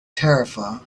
tarifa